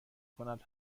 کند